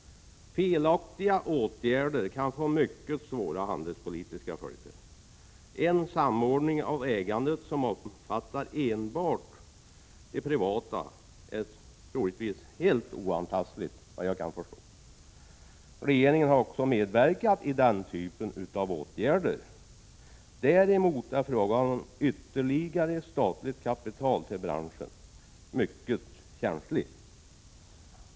Felaktiga åtgärder kan få mycket svåra handelspolitiska följder. En samordning av ägandet som omfattar enbart de privata företagen är såvitt jag kan förstå helt oantastlig. Regeringen har också medverkat i denna typ av åtgärder. Däremot är frågan om ytterligare statligt kapital till branschen mycket känslig.